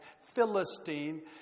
Philistine